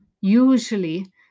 usually